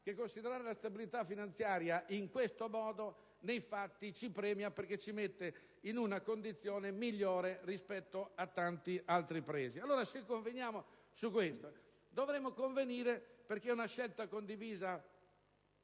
che considerare la stabilità finanziaria in questo modo, nei fatti, ci premia perché ci mette in una condizione migliore rispetto a tanti altri Paesi. Se conveniamo allora su questo dovremmo convenire, perché è una scelta condivisa